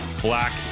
Black